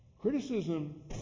Criticism